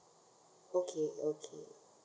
okay okay